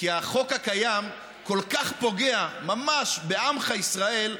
כי החוק הקיים כל כך פוגע, ממש, בעמך ישראל,